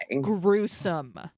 Gruesome